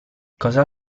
cosa